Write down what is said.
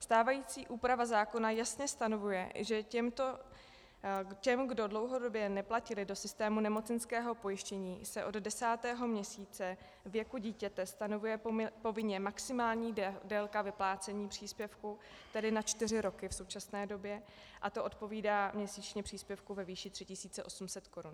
Stávající úprava zákona jasně stanovuje, že těm, kdo dlouhodobě neplatili do systému nemocenského pojištění, se od desátého měsíce věku dítěte stanovuje povinně maximální délka vyplácení příspěvku, tedy na čtyři roky v současné době, a to odpovídá měsíčně příspěvku ve výši 3 800 korun.